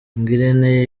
ngirente